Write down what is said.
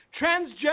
Transgender